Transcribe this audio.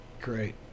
great